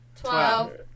Twelve